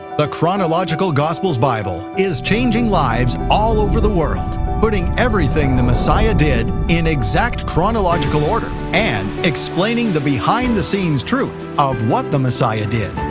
the chronological gospels bible is changing lives all over the world, putting everything the messiah did in exact chronological order, and explaining the behind the scenes truth of what the messiah did,